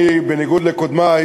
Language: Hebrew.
אני, בניגוד לקודמַי,